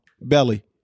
Belly